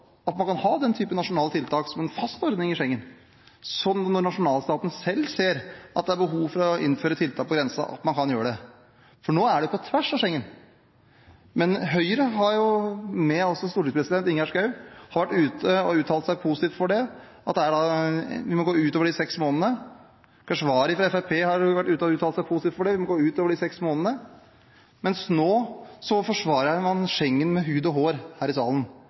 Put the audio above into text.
at man kan ha den typen nasjonale tiltak som en fast ordning i Schengen – at når nasjonalstaten selv ser at det er behov for å innføre tiltak på grensen, kan man gjøre det. For nå er det på tvers av Schengen. Høyre med visepresident Ingjerd Schou har vært ute og uttalt seg positivt om at vi må gå utover de seks månedene. Keshvari fra Fremskrittspartiet har vært ute og uttalt seg positivt om at vi må gå utover de seks månedene, mens nå forsvarer han Schengen med hud og hår her i salen,